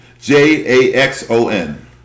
J-A-X-O-N